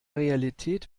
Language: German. realität